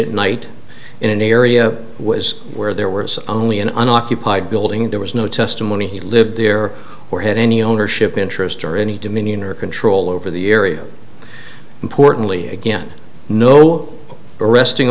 at night in an area was where there were only an unoccupied building there was no testimony he lived there or had any ownership interest or any dominion or control over the area importantly again no arresting